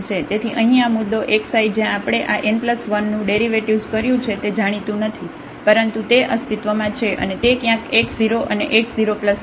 તેથી અહીં આ મુદ્દો xi જ્યાં આપણે આ n 1 નું ડેરિવેટિવ્ઝ કર્યું છે તે જાણીતું નથી પરંતુ તે અસ્તિત્વમાં છે અને તે ક્યાંક x 0 અને x 0 h ની વચ્ચે છે